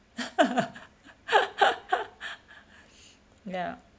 ya